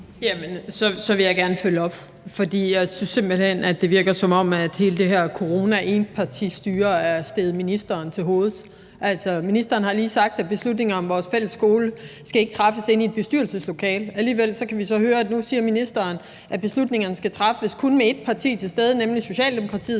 Jeg vil gerne følge op, for jeg synes simpelt hen, at det virker, som om hele det her coronaetpartistyre er steget ministeren til hovedet. Altså, ministeren har lige sagt, at beslutningen om vores fælles skole ikke skal træffes inde i et bestyrelseslokale. Alligevel kan vi så høre, at ministeren nu siger, at beslutningerne skal træffes med kun ét parti til stede, nemlig Socialdemokratiet,